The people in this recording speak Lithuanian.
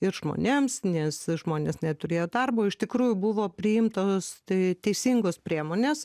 ir žmonėms nes žmonės neturėjo darbo iš tikrųjų buvo priimtos tai teisingos priemonės